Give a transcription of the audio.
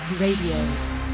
radio